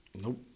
Nope